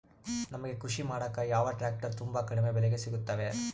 ನಮಗೆ ಕೃಷಿ ಮಾಡಾಕ ಯಾವ ಟ್ರ್ಯಾಕ್ಟರ್ ತುಂಬಾ ಕಡಿಮೆ ಬೆಲೆಗೆ ಸಿಗುತ್ತವೆ?